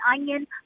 onion